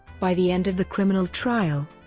by the end of the criminal trial,